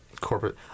Corporate